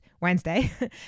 Wednesday